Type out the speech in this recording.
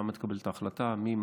שם מתקבלת ההחלטה מי,